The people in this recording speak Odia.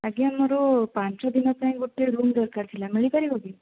ଆଜ୍ଞା ମୋର ପାଞ୍ଚଦିନ ପାଇଁ ଗୋଟେ ରୁମ୍ ଦରକାର ଥିଲା ମିଳିପାରିବ କି